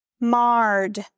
marred